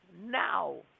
now